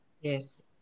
Yes